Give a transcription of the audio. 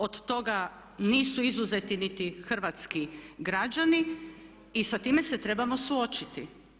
Od toga nisu izuzeti niti hrvatski građani i sa time se trebamo suočiti.